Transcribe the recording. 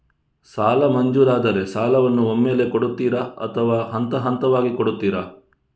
ಸಾಲ ಮಂಜೂರಾದರೆ ಸಾಲವನ್ನು ಒಮ್ಮೆಲೇ ಕೊಡುತ್ತೀರಾ ಅಥವಾ ಹಂತಹಂತವಾಗಿ ಕೊಡುತ್ತೀರಾ?